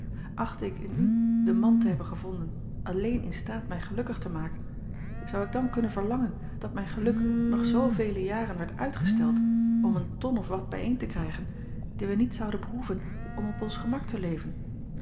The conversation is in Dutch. chtte ik in u den man te hebben gevonden alleen in staat mij gelukkig te maken zou ik dan kunnen verlangen dat mijn geluk nog zoovele jaren werd uitgesteld om een ton of wat bijeen te krijgen die wij niet zouden behoeven om op ons gemak te leven